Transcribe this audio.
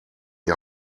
die